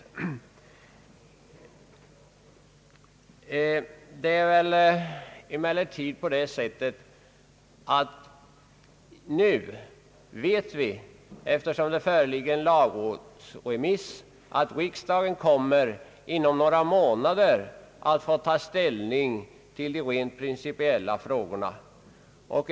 Nu vet vi, eftersom det föreligger en lagrådsremiss, att riksdagen inom några månader kommer att få ta ställning till de rent principiella frågorna.